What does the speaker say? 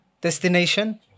destination